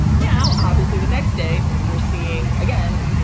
now, obviously, the next day we're seeing, again,